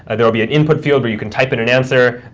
ah there'll be an input field where you can type in an answer.